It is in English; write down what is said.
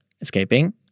escaping